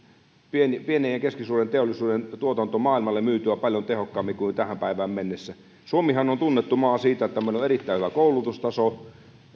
pienen ja keskisuuren teollisuuden tuotanto maailmalle myytyä paljon tehokkaammin kuin tähän päivään mennessä suomihan on tunnettu maa siitä että meillä on erittäin hyvä koulutustaso